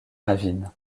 ravine